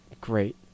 great